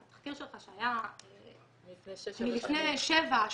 שהיה מלפני שבע,